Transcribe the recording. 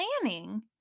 planning